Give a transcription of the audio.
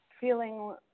feeling